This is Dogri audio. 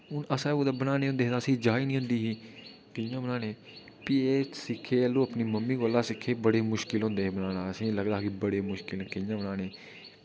हून असें कुतै बनाने होंदे हे तां असें ई जाह्च नेईं होंदी ही कि'यां बनाने फ्ही एह् सिक्खेआ जाल्लू अपनी मम्मी कोला सिक्खे बड़े मुश्कल होंदे हे बनाना असें ई लगदा ही कि बड़े मुश्कल न कि'यां बनाने